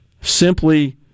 simply